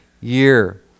year